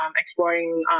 exploring